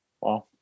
Wow